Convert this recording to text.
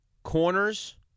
Corners